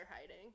hiding